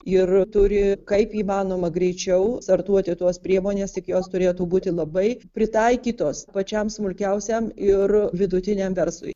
ir turi kaip įmanoma greičiau startuoti tos priemonės tik jos turėtų būti labai pritaikytos pačiam smulkiausiam ir vidutiniam verslui